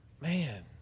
man